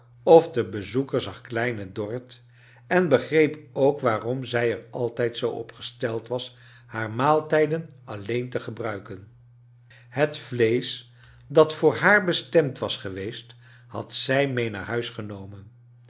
of de bezoeker zag kleine dorrit en begreep ook waarom zij er altijd zoo op gesteld was haar maaltijden alleen te gebruiken het vleesch dat voor haar bestemd was geweest had zij mee naar buis gen